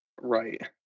right